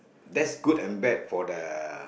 that's good and bad for the